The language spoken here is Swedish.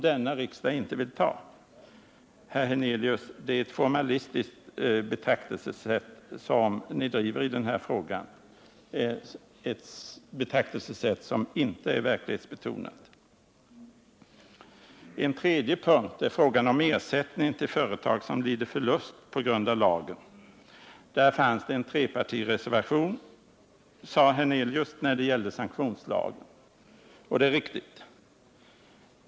Det är, herr Hernelius, ett formalistiskt betraktelsesätt som ni driver i denna fråga, ett betraktelsesätt som inte är verklighetsbetonat. En tredje punkt är frågan om ersättning till företag som lider förluster på grund av lagen. Herr Hernelius erinrade om att det på den punkten fanns en trepartireservation till förslaget till sanktionslag — och det är riktigt.